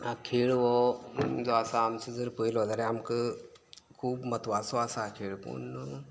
हां खेळ हो जो आसा आमचो जर पळयलो जाल्यार आमकां खूब म्हत्वाचो आसा खेळ पूण